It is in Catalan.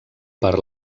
per